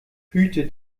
hüte